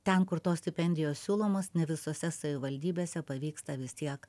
ten kur tos stipendijos siūlomos ne visose savivaldybėse pavyksta vis tiek